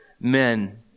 men